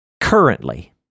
currently